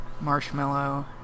Marshmallow